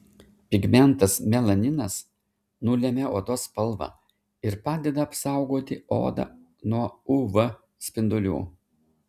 pigmentas melaninas nulemia odos spalvą ir padeda apsaugoti odą nuo uv spindulių